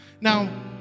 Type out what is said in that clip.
Now